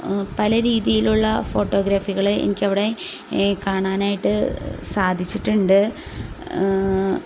പല രീതിയിലുള്ള ഫോട്ടോഗ്രഫികൾ എനിക്കവിടെ കാണാനായിട്ട് സാധിച്ചിട്ടുണ്ട്